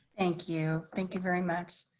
thank you. thank you very much.